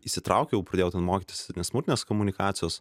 įsitraukiau pradėjau ten mokytis ir nesmurtinės komunikacijos